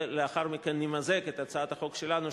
ולאחר מכן נמזג את הצעת החוק שלנו,